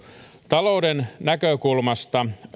talouden näkökulmasta